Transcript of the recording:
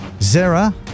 Zara